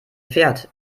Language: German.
fährt